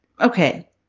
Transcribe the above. Okay